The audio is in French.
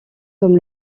comme